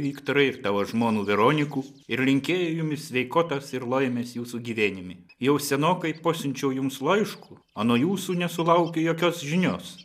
viktorai ir tavo žmonų veronikų ir linkėju jumi sveikotos ir laimės jūsų gyvenimi jau senokai pasiunčiau jums laiškų a nuo jūsų nesulaukiu jokios žinios